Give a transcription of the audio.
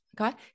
Okay